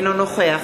אינו נוכח